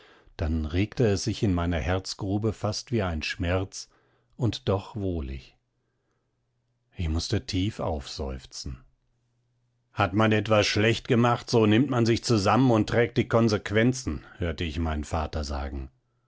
dann regte es sich in der herzgrube fast wie ein schmerz und doch wohlig ich mußte tief aufseufzen hat man etwas schlecht gemacht so nimmt man sich zusammen und trägt die konsequenzen hörte ich meinen vater sagen